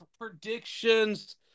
predictions